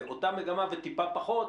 זו אותה מגמה וטיפה פחות,